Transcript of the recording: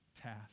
task